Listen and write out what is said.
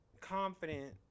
confident